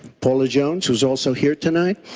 paula jones who is also here tonight.